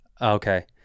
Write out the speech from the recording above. Okay